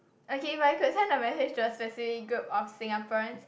okay if I could send a message to a specific group of Singaporeans